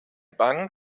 bank